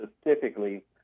specifically